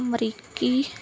ਅਮਰੀਕੀ